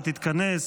ותתכנס.